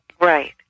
Right